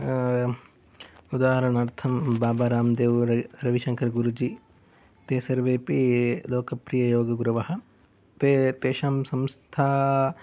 उदाहरणार्थं बाबा रामदेवः रविशङ्कर् गुरुजी ते सर्वेपि लोकप्रिययोगगुरवः ते तेषां संस्था